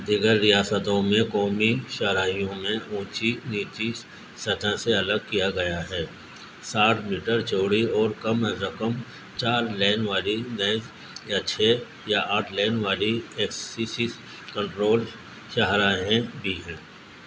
دیگر ریاستوں میں قومی شاہراہوں میں اونچی نیچی سطح سے الگ کیا گیا ہے ساٹھ میٹر چوڑی اور کم از کم چار لین والی نیز یا چھ یا آٹھ لین والی ایکسیسس کنٹرول شاہراہیں بھی ہیں